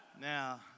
now